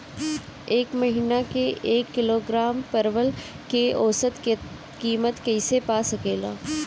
एक महिना के एक किलोग्राम परवल के औसत किमत कइसे पा सकिला?